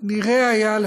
נראה היה,